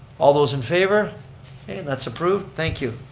all those in favor? okay, and that's approved, thank you.